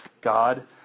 God